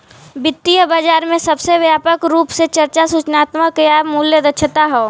वित्तीय बाजार में सबसे व्यापक रूप से चर्चा सूचनात्मक या मूल्य दक्षता हौ